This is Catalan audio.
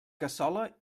cassola